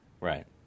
Right